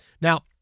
Now